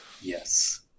Yes